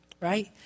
right